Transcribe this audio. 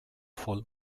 voll